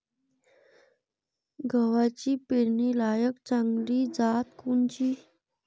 गव्हाची पेरनीलायक चांगली जात कोनची?